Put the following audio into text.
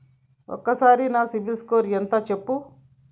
ఒక్కసారి నా సిబిల్ స్కోర్ ఎంత చెప్పు?